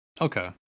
Okay